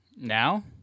now